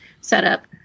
setup